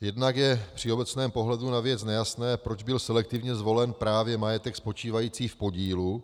Jednak je při obecném pohledu na věc nejasné, proč byl selektivně zvolen právě majetek spočívající v podílu,